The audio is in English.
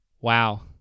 Wow